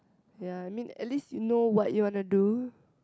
ya I mean at least you know what you want to do